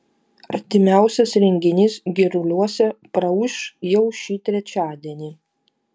artimiausias renginys giruliuose praūš jau šį trečiadienį